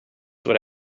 would